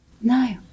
No